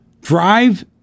drive